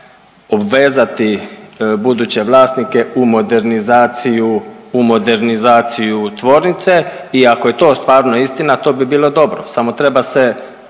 obvezati buduće vlasnike u modernizaciju, u modernizaciju tvornice i ako je to stvarno istina to bi bilo dobro, samo treba se,